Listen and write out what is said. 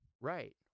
Right